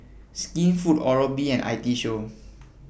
Skinfood Oral B and IT Show